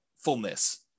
fullness